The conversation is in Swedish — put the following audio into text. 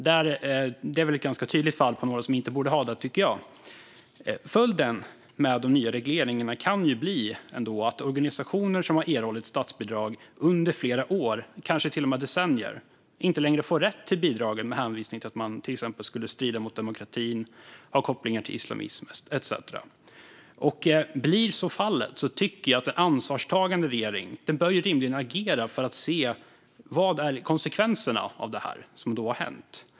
Det är väl ett ganska tydligt exempel på något som inte borde ha det, tycker jag. Följden av de nya reglerna kan bli att organisationer som har erhållit statsbidrag under flera år, kanske till och med decennier, inte längre får rätt till bidragen med hänvisning till att de till exempel skulle strida mot demokratin eller ha kopplingar till islamism. Om så blir fallet tycker jag att en ansvarstagande regering rimligen bör agera och se konsekvenserna av det som har hänt.